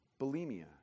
bulimia